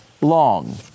long